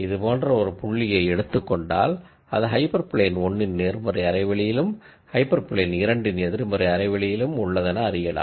இதுபோன்ற ஒரு பாயிண்ட்டை எடுத்துக்கொண்டால் அது ஹைப்பர் பிளேன்1 இன் பாசிடிவ் ஹாஃப் ஸ்பேஸிலும் ஹைப்பர் பிளேன் 2 இன் நெகடிவ் ஹாஃப் ஸ்பேஸ் உள்ளதென அறியலாம்